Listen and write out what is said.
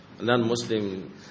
non-Muslim